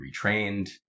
retrained